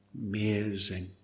Amazing